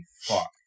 fuck